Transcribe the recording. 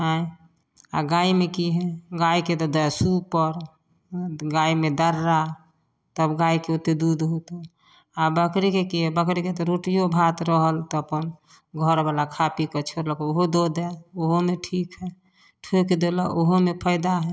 आँइ आ गायमे कि हइ गायके तऽ दसो पहर गायमे दर्रा तब गायके ओते दूध होतै आ बकरीके कि हइ बकरीके तऽ रोटियो भात रहल तऽ अपन घर वाला खा पी कऽ छोड़लक ओहो दऽ देल ओहोमे ठीक है ठोइक देलक ओहोमे फायदा है